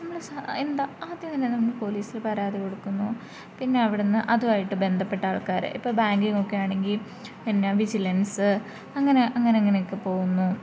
നമ്മള് എന്താണ് ആദ്യം തന്നെ പോലീസിൽ പരാതി കൊടുക്കുന്നു പിന്നെ അവിടെ നിന്ന് അതു ആയിട്ട് ബന്ധപ്പെട്ട ആൾക്കാരെ ഇപ്പം ബാങ്കിൽ നിന്നൊക്കെ ആണെങ്കിൽ പിന്നെ വിജിലെൻസ് അങ്ങനെ അങ്ങനെ അങ്ങനെ ഒക്കെ പോവുന്നു